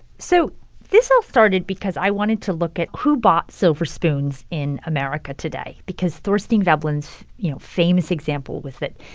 so this all started because i wanted to look at who bought silver spoons in america today because thorstein veblen's, you know, famous example was that,